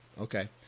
Okay